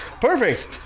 Perfect